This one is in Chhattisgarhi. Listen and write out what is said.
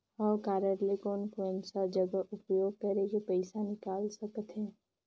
हव कारड ले कोन कोन सा जगह उपयोग करेके पइसा निकाल सकथे?